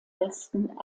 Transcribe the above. westen